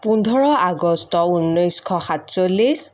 পোন্ধৰ আগষ্ট ঊনৈছশ সাতচল্লিছ